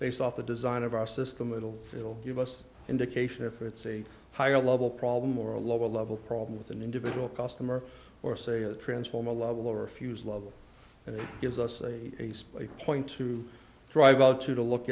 based off the design of our system it'll it'll give us an indication if it's a higher level problem or a lower level problem with an individual customer or say a transformer level or a fuse level and it gives us a point to drive out to to look